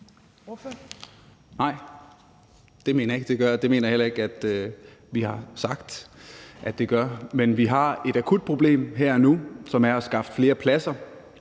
det mener jeg heller ikke at vi har sagt at det gør. Men vi har et akut problem her og nu, som er at skaffe flere pladser